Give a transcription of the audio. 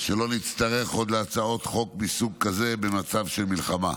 שלא נצטרך עוד להצעות חוק מסוג כזה במצב של מלחמה.